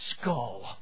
Skull